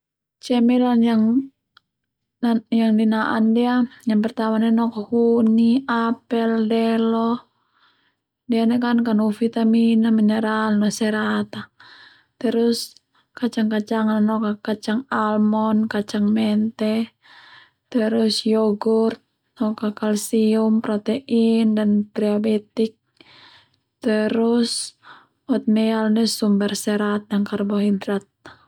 Cemilan yang au hi na'an ndia huni apel delo ndia kan Kanu vitamin mineral no serat a terus kacang kacangan nanok ka kacang almond kacang mente terus yougurt noka kalsium protein dan treabetik terus outmel ndia sumber serat no karbohidrat.